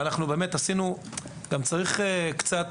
צריך קצת,